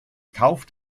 kauf